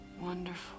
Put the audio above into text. wonderful